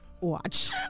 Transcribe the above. watch